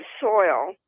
soil